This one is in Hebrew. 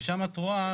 ושם את רואה,